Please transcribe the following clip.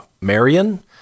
Marion